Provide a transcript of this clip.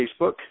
Facebook